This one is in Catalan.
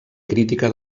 crítica